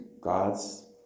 God's